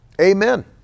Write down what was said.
Amen